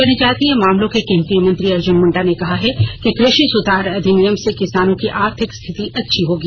जनजातीय मामलों के केंद्रीय मंत्री अर्जुन मुंडा ने कहा है कि कृषि सुधार अधिनियम से किसानों की आर्थिक स्थिति अच्छी होगी